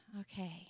Okay